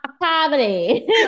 Poverty